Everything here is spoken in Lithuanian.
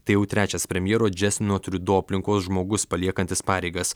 tai jau trečias premjero džastino triudo aplinkos žmogus paliekantis pareigas